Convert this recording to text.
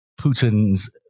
Putin's